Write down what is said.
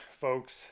folks